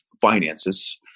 finances